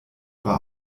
war